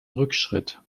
rückschritt